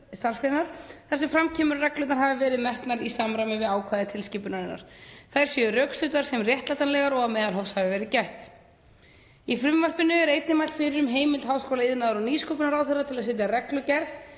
þar sem fram kemur að reglurnar hafi verið metnar í samræmi við ákvæði tilskipunarinnar, þær séu rökstuddar sem réttlætanlegar og að meðalhófs hafi verið gætt. Í frumvarpinu er einnig mælt fyrir um heimild háskóla-, iðnaðar- og nýsköpunarráðherra til að setja reglugerð